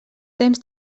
temps